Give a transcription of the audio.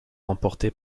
remporté